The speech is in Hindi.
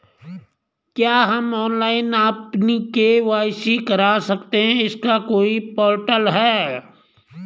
क्या हम ऑनलाइन अपनी के.वाई.सी करा सकते हैं इसका कोई पोर्टल है?